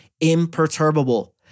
imperturbable